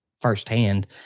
firsthand